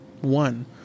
one